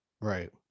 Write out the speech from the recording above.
right